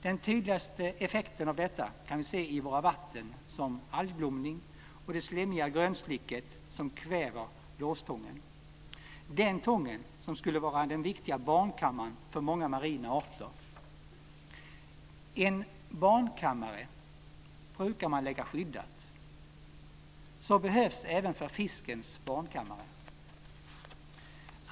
Den tydligaste effekten av detta kan vi se i våra vatten som algblomning och det slemmiga grönslick som kväver blåstången, den tång som skulle vara den viktiga barnkammaren för många marina arter. En barnkammare brukar man lägga skyddat, och det behövs även för fiskens barnkammare.